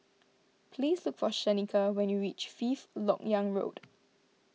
please look for Shaneka when you reach Fifth Lok Yang Road